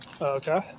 Okay